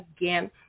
again